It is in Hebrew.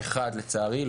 אחד לצערי,